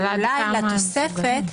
אבל לעניין התוספת,